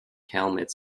helmets